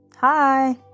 Hi